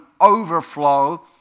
overflow